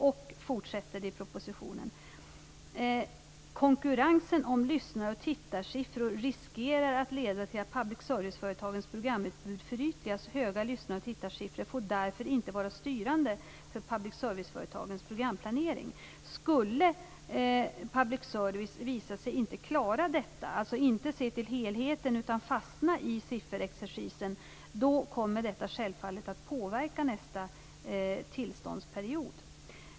Texten i propositionen fortsätter sedan: Konkurrensen om lyssnar och tittarsiffror riskerar att leda till att public service-företagens programutbud förytligas. Höga lyssnar och tittarsiffror får därför inte vara styrande för public serviceföretagens programplanering. Skulle public service visa sig inte klara detta, dvs. inte se till helheten utan fastna i sifferexercisen, kommer det självfallet att påverka nästa tillståndsperiod.